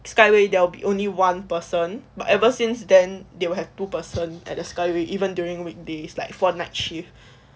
skyway there will be only one person but ever since then they will have two person at the skyway even during weekdays like for night shift